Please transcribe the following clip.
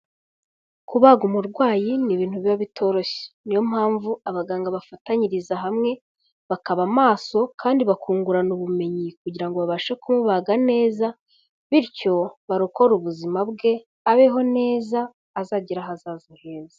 Kubaga umurwayi ni ibintu biba bitoroshye, niyo mpamvu abaganga bafatanyiriza hamwe bakaba maso kandi bakungurana ubumenyi kugira ngo babashe kumubaga neza, bityo barokore ubuzima bwe, abeho neza, azagire ahazaza heza.